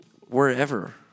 wherever